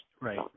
Right